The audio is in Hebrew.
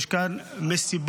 יש כאן מסיבות